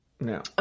no